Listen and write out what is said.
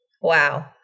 Wow